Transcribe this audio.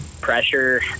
pressure